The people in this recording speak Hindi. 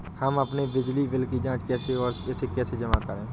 हम अपने बिजली बिल की जाँच कैसे और इसे कैसे जमा करें?